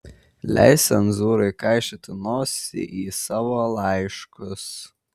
leisk cenzūrai kaišioti nosį į savo laiškus